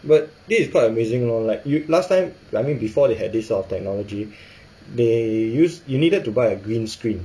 but this is quite amazing lor like you last time like I mean before they had this sort of technology they use you needed to buy a green screen